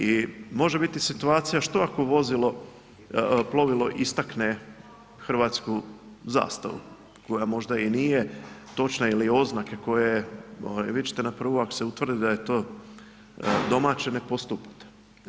I može biti situacija što ako plovilo istakne hrvatsku zastavu koja možda i nije točna ili oznake koje vidjet ćete na prvu ako se utvrdi da je to domaće ne postupate?